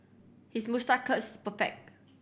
his moustache curl is perfect